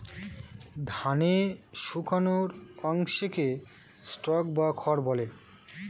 ধানের শুকনো অংশকে স্ট্র বা খড় বলে